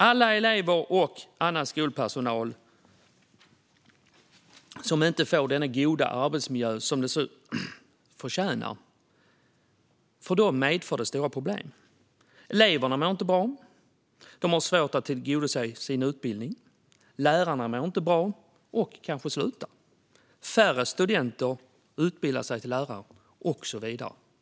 Att elever, lärare och annan skolpersonal inte får den goda arbetsmiljö som de förtjänar medför oerhörda problem. Eleverna mår inte bra och har svårt att tillgodogöra sig utbildningen, lärarna mår inte bra och kanske slutar, färre studenter utbildar sig till lärare, och så vidare.